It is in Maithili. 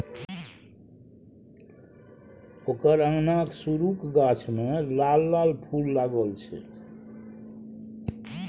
ओकर अंगनाक सुरू क गाछ मे लाल लाल फूल लागल छै